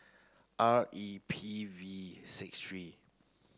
R E P V six three